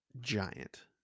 giant